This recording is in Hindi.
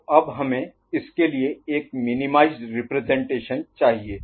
तो अब हमें इसके लिए एक मिनीमाइजड रिप्रजेंटेशन चाहिए